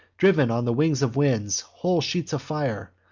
driv'n on the wings of winds, whole sheets of fire,